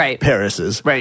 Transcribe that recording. Paris's